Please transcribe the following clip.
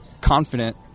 confident